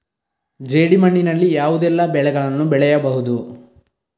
ಜೇಡಿ ಮಣ್ಣಿನಲ್ಲಿ ಯಾವುದೆಲ್ಲ ಬೆಳೆಗಳನ್ನು ಬೆಳೆಯಬಹುದು?